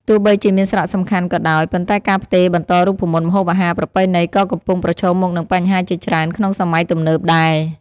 ទោះបីជាមានសារៈសំខាន់ក៏ដោយ ប៉ុន្តែការផ្ទេរបន្តរូបមន្តម្ហូបអាហារប្រពៃណីក៏កំពុងប្រឈមមុខនឹងបញ្ហាជាច្រើនក្នុងសម័យទំនើបដែរ។